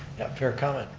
for your comment.